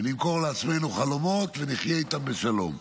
ולמכור לעצמנו חלומות, ונהיה איתם בשלום.